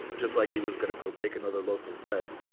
just like he was going to go bake another loaf of bread.